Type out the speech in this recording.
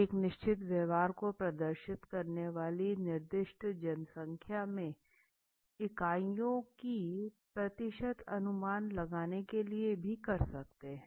एक निश्चित व्यवहार को प्रदर्शित करने वाली निर्दिष्ट जनसंख्या में इकाइयों की प्रतिशत अनुमान लगाने के लिए भी कर सकते हैं